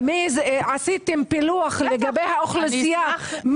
עשיתם פילוח לגבי האוכלוסייה,